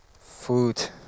food